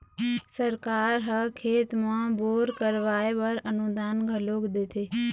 सरकार ह खेत म बोर करवाय बर अनुदान घलोक देथे